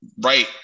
right